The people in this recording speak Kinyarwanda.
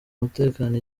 umutekano